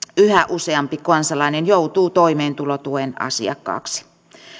useampi kansalainen joutuu toimeentulotuen asiakkaaksi